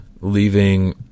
leaving